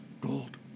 Gold